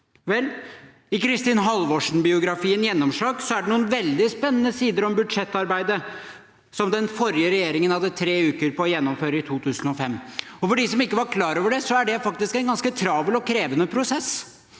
i Kristin Halvorsen-biografien «Gjennomslag» er det noen veldig spennende sider om budsjettarbeidet som den forrige regjeringen hadde tre uker på å gjennomføre i 2005. For dem som ikke er klar over det, er det faktisk en ganske travel og krevende prosess,